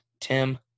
tim